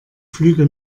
flüge